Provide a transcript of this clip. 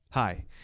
Hi